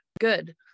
good